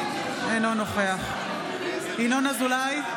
אינו נוכח ינון אזולאי,